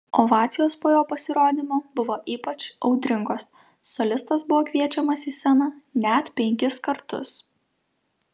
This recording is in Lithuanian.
ovacijos po jo pasirodymo buvo ypač audringos solistas buvo kviečiamas į sceną net penkis kartus